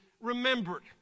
remembered